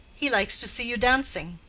he likes to see you dancing.